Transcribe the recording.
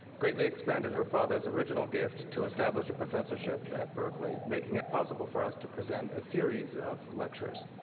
greatly expanded her father's original gift to establish a professorship at berkeley, making it possible for us to present a series of lectures.